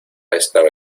estaba